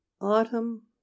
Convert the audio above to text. Autumn